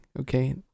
Okay